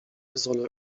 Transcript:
solle